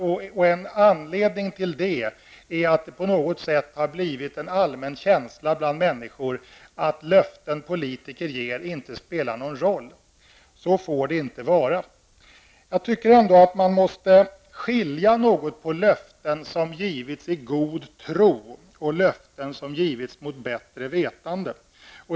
En anledning till det är att det på något sätt har blivit en allmän känsla bland människor att löften som politiker ger inte spelar någon roll. Så får det inte vara. Man måste dock skilja något på löften som givits i god tro och löften som givits mot bättre vetande.